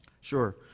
Sure